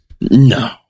No